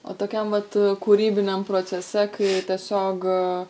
o tokiam vat kūrybiniam procese kai tiesiog